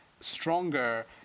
stronger